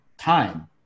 Time